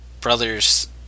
brothers